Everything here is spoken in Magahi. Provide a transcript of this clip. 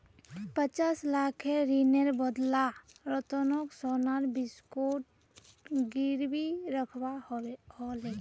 पचास लाखेर ऋनेर बदला रतनक सोनार बिस्कुट गिरवी रखवा ह ले